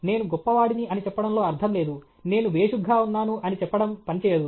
నేను గొప్పవాడిని అని చెప్పడంలో అర్థం లేదు నేను భేషుగ్గా ఉన్నాను అని చెప్పడం పని చెయ్యదు